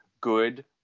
good